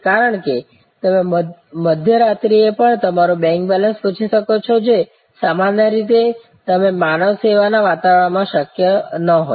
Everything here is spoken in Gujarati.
કારણ કે તમે મધ્યરાત્રિએ પણ તમારું બેંક બેલેન્સ પૂછી શકો છો જે સામાન્ય રીતે તમે માનવ સેવાના વાતાવરણમાં શક્ય ન હોત